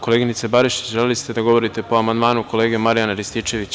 Koleginice Barišić, želeli ste da govorite po amandmanu kolege Marijana Rističevića.